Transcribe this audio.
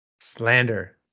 slander